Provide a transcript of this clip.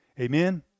amen